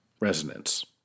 resonance